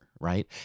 right